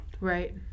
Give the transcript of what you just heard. Right